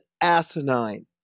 asinine